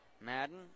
Madden